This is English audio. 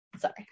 Sorry